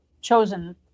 chosen